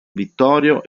vittorio